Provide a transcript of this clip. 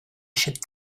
should